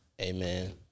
Amen